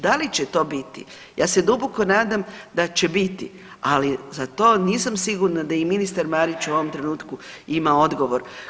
Da li će to biti ja se duboko nadam da će biti, ali za to nisam sigurna da i ministar Marić u ovom trenutku ima odgovor.